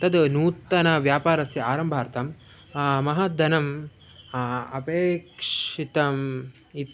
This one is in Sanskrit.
तद् नूतनव्यापारस्य आरम्भार्थं महद्धनम् अपेक्षितम् इति